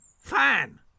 Fine